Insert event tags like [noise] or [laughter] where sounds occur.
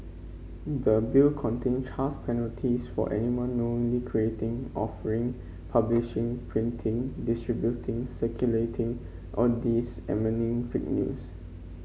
the Bill contain [unintelligible] penalties for anyone knowingly creating offering publishing printing distributing circulating or [unintelligible] fake news